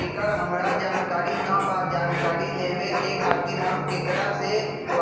एकर हमरा जानकारी न बा जानकारी लेवे के खातिर हम केकरा से